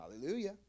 Hallelujah